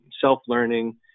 self-learning